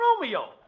Romeo